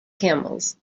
camels